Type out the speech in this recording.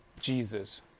Jesus